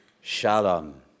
Shalom